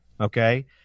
Okay